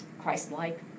Christ-like